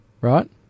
right